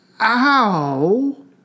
Ow